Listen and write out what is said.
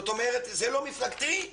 זה לא מפלגתי?